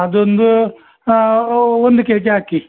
ಅದೊಂದು ಒಂದು ಕೆಜಿ ಹಾಕಿ